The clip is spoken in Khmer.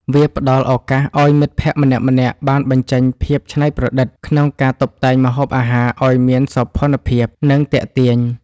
វាផ្ដល់ឱកាសឱ្យមិត្តភក្តិម្នាក់ៗបានបញ្ចេញភាពច្នៃប្រឌិតក្នុងការតុបតែងម្ហូបអាហារឱ្យមានសោភ័ណភាព និងទាក់ទាញ។